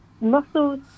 muscles